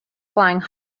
flying